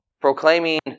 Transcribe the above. proclaiming